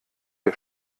der